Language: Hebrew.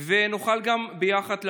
ונוכל ביחד לעזור,